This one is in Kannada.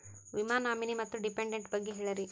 ವಿಮಾ ನಾಮಿನಿ ಮತ್ತು ಡಿಪೆಂಡಂಟ ಬಗ್ಗೆ ಹೇಳರಿ?